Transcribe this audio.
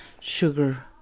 sugar